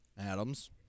Adams